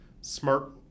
smart